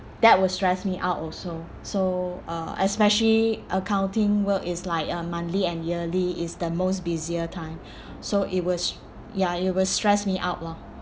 that will stress me out also so uh especially accounting work is like a monthly and yearly is the most busier time so it will str~ ya it will stress me out lor